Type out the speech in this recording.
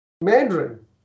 mandarin